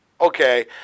Okay